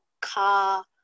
car